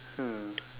hmm